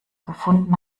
gefunden